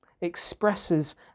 expresses